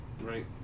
Right